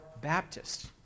Baptist